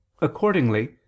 Accordingly